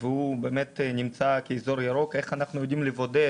והוא נמצא כאזור ירוק, איך אנחנו יודעים לבודד?